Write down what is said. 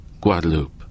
Guadeloupe